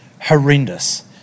horrendous